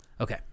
Okay